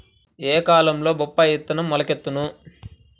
ఏ కాలంలో బొప్పాయి విత్తనం మొలకెత్తును?